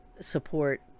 support